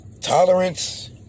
Tolerance